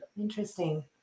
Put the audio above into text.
Interesting